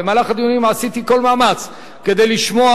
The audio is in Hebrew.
במהלך הדיונים עשיתי כל מאמץ כדי לשמוע,